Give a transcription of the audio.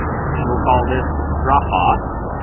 and we'll call this dropbox.